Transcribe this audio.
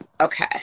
Okay